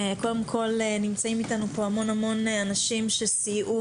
נמצאים איתנו פה המון אנשים שסייעו